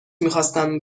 میخواستم